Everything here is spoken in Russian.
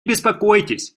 беспокойтесь